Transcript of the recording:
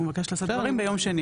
הוא מבקש לשאת דברים ביום שני